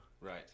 Right